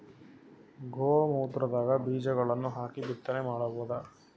ಗೋ ಮೂತ್ರದಾಗ ಬೀಜಗಳನ್ನು ಹಾಕಿ ಬಿತ್ತನೆ ಮಾಡಬೋದ?